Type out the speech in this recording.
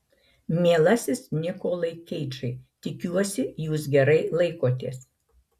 mielasis nikolai keidžai tikiuosi jūs gerai laikotės